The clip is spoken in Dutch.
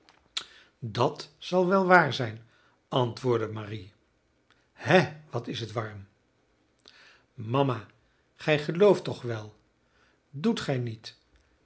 dat zal wel waar zijn antwoordde marie he wat is het warm mama gij gelooft toch wel doet gij niet